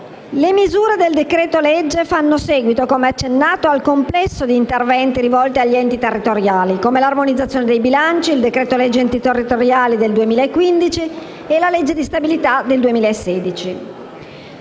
Le misure del decreto-legge in esame fanno seguito, come accennato, ad un complesso di interventi rivolti agli enti territoriali, come l'armonizzazione sui bilanci, il decreto-legge enti territoriali del 2015 e la legge di stabilità per il 2016.